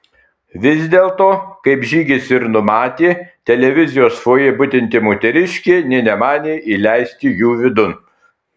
vis dėlto kaip žygis ir numatė televizijos fojė budinti moteriškė nė nemanė įleisti jų vidun